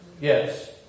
Yes